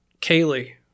Kaylee